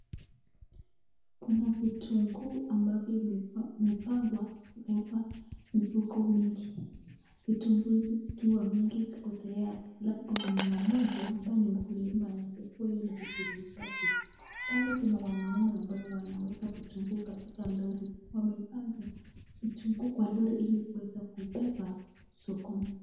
Kuna vitunguu ambavyo vimepangwa vikawekwa mifuko mingi. Vitungu hizi zikiwa mingi, ziko tayari. Huku kuna mama mmoja ambaye ni mkulima, anaweza kuwa hizo ni vitungu zake. Pale kuna wanaume ambao wanaweka vitungu katika lori wameipanga vitungu kwa lori ili kuweza kubeba sokoni.